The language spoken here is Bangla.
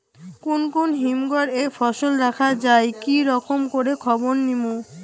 কুন কুন হিমঘর এ ফসল রাখা যায় কি রকম করে খবর নিমু?